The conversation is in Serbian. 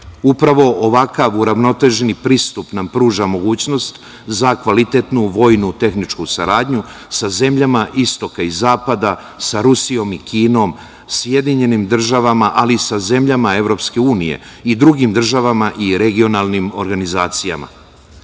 Upravo ovakav uravnoteženi pristup nam pruža mogućnost za kvalitetnu vojno-tehničku saradnju, sa zemljama istoka i zapada, sa Rusijom i Kinom, SAD, ali i sa zemljama EU i drugim državama i regionalnim organizacijama. Saradnja